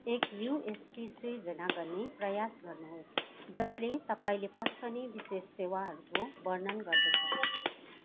एक युएसपी सिर्जना गर्ने प्रयास गर्नुहोस् जसले तपाईँले पस्कने विशेष सेवाहरूको वर्णन गर्दछ